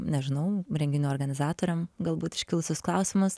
nežinau renginių organizatoriam galbūt iškilusius klausimus